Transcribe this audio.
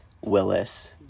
Willis